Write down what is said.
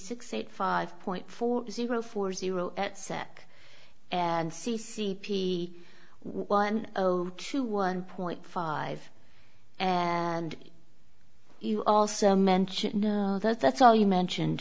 six eight five point four zero four zero at sec and c c p one zero two one point five and you also mentioned that that's all you mentioned